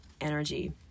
energy